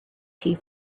tea